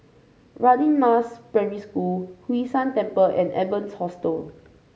Radin Mas Primary School Hwee San Temple and Evans Hostel